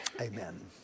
Amen